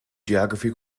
geography